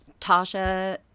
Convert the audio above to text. Tasha